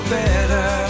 better